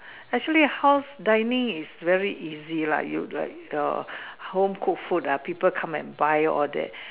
actually house dining is very easy lah you like your home cooked food ah people come and buy all that